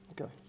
okay